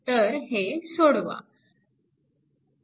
तर हे सोडवा